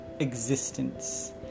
existence